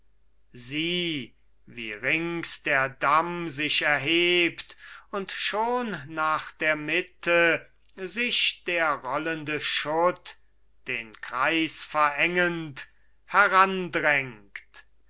sieh wie rings der damm sich erhebt und schon nach der mitte sich der rollende schutt den kreis verengend